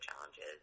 challenges